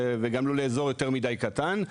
וגם לא לאזור יותר מידי קטן.